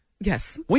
Yes